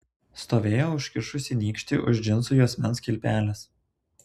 stovėjo užkišusi nykštį už džinsų juosmens kilpelės